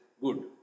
good